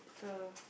so